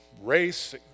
race